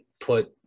put